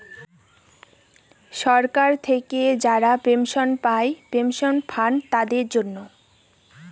সরকার থেকে যারা পেনশন পায় পেনশন ফান্ড তাদের জন্য